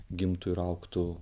gimtų ir augtų